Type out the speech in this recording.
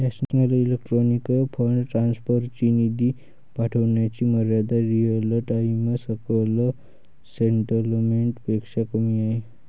national electronic fund transfer ची निधी पाठविण्याची मर्यादा रिअल टाइम सकल सेटलमेंट पेक्षा कमी आहे